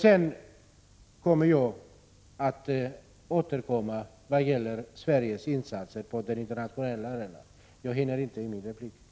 Jag återkommer i min nästa replik till frågan om Sveriges insatser på den internationella arenan, eftersom jag inte hinner ta upp den saken nu.